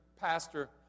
pastor